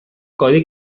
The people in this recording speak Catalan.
codi